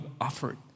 offered